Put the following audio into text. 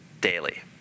daily